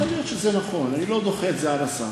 יכול להיות שזה נכון, אני לא דוחה את זה על הסף.